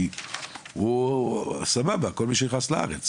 כי כל מי שנכנס לארץ,